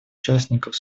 участников